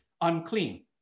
unclean